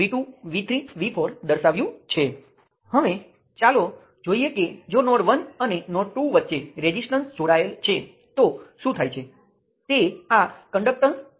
તો ચાલો હવે કહીએ કે હું આ લૂપ તે લૂપ અને આ લૂપ પસંદ કરી શકું છું